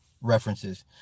references